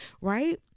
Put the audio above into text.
right